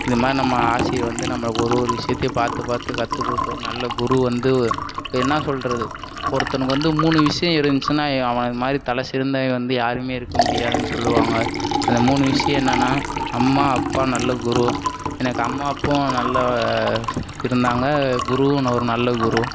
இது மாதிரி நம்ம ஆசிரியர் வந்து நம்மளை ஒரு ஒரு விஷயத்தையும் பார்த்து பார்த்து கற்றுக் கொடுத்து நல்ல குரு வந்து ஓ இப்ப என்ன சொல்கிறது ஒருத்தனுக்கு வந்து மூணு விஷயம் இருந்துச்சினா ஏ அவனை மாதிரி தலை சிறந்தவன் வந்து யாருமே இருக்க முடியாதுன்னு சொல்லுவாங்க அந்த மூணு விஷயம் என்னன்னா அம்மா அப்பா நல்ல குரு எனக்கு அம்மா அப்பாவும் நல்லா ஸ் இருந்தாங்க குருவும் ந ஒரு நல்ல குரு